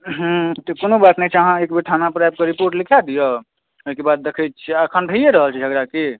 हुँ तऽ कोनो बात नहि छै अहाँ एकबेर थानापर आबिकऽ रिपोर्ट लिखा दिऔ ओहिके बाद देखै छिए एखन भैए रहल छै झगड़ा की